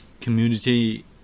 community